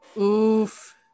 oof